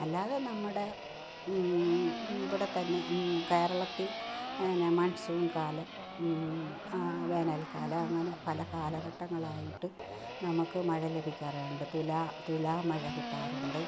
അല്ലാതെ നമ്മുടെ ഇവിടെത്തന്നെ കേരളത്തിൽ ന്നെ മൺസൂൺ കാലം വേനൽകാലമങ്ങനെ പല കാലഘട്ടങ്ങളായിട്ട് നമുക്ക് മഴ ലഭിക്കാറുണ്ട് തുലാ തുലാമഴ കിട്ടാറുണ്ട്